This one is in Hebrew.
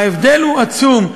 ההבדל הוא עצום.